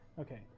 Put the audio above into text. Okay